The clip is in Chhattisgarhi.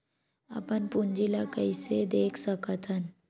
अपन पूंजी ला कइसे देख सकत हन?